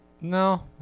No